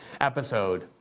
episode